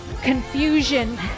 confusion